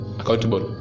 accountable